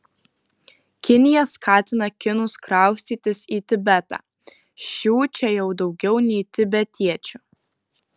kinija skatina kinus kraustytis į tibetą šių čia jau daugiau nei tibetiečių